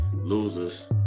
Losers